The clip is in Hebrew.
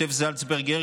כותב זלצברגר,